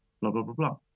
blah-blah-blah-blah